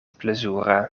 plezura